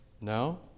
No